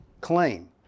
claim